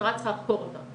המשטרה צריכה לחקור אותם,